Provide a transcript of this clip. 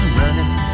running